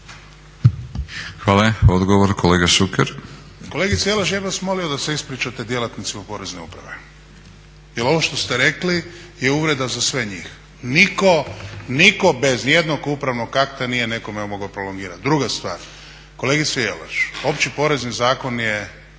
Ivan (HDZ)** Kolegice Jelaš, ja bih vas molio da se ispričate djelatnicima Porezne uprave jer ovo što ste rekli je uvreda za sve njih. Nitko bez ni jednog upravnog akta nije nekome mogao prolongirati. Druga stvar, kolegice Jelaš, Opći porezni zakon je